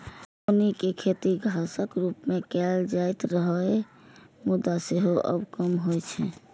कौनी के खेती घासक रूप मे कैल जाइत रहै, मुदा सेहो आब कम होइ छै